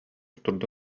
турда